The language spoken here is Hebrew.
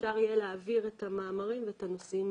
אפשר יהיה להעביר את המאמרים ואת הנושאים.